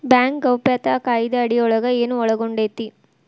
Bank ಗೌಪ್ಯತಾ ಕಾಯಿದೆ ಅಡಿಯೊಳಗ ಏನು ಒಳಗೊಂಡೇತಿ?